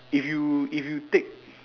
if you if you take